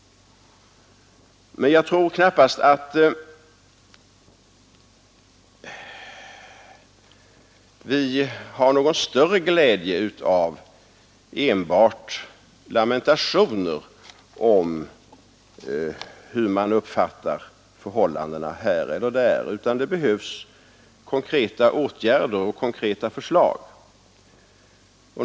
Men jag tror knappast att vi har någon större glädje av enbart lamentationer om hur man uppfattar förhållandena här eller där, utan det behövs konkreta åtgärder, och det behövs konkreta förslag.